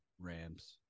Rams